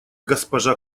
госпожа